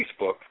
Facebook